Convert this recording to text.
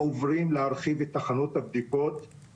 איך אומרים, תחזור לאור הנתונים.